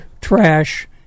trash